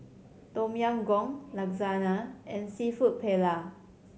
Tom Yam Goong Lasagna and Seafood Paella